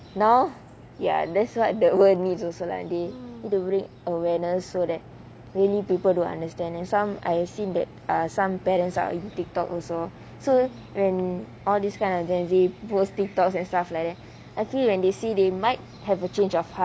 now ya that's what the world needs also lah they need to bring awareness so that many people to understand and some I've seen that some parents are using TikTok also so when all this kind of generation Z use TikTok and stuff like that I feel when they see they might have a change of heart